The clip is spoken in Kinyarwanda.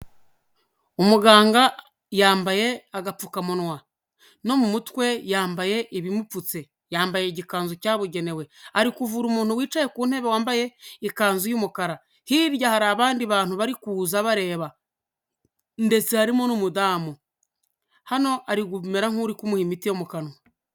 Umuganga yambaye agapfukamunwa, no mu mutwe yambaye ibimupfutse, yambaye igikanzu cyabugenewe, ari kuvura umuntu wicaye ku ntebe wambaye ikanzu y'umukara, hirya hari abandi bantu bari kuza bareba ndetse harimo n'umudamu, hano ari kumera nk'uri kumuha imiti yo mu kanwa.